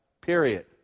period